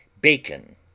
Bacon